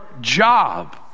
job